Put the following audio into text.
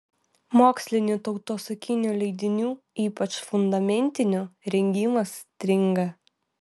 mokslinių tautosakinių leidinių ypač fundamentinių rengimas stringa